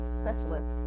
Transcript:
specialist